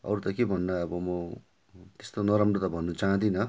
अरू त के भन्नु अब म त्यस्तो नराम्रो त भन्नु चाहँदिनँ